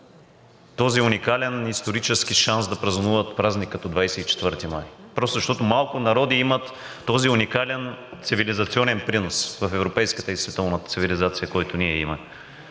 този уникален исторически шанс да празнуват празник като 24 май просто защото малко народи имат този уникален цивилизационен принос в европейската и в световната цивилизация, който ние имаме.